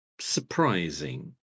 surprising